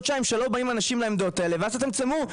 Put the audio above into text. חודשיים לא באים אנשים לעמדות האלה ואז שלא